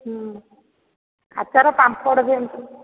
ହୁଁ ଆଚାର ପାମ୍ପଡ଼ ଯେମିତି